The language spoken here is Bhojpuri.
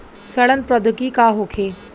सड़न प्रधौगिकी का होखे?